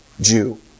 Jew